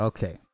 Okay